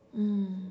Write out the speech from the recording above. mm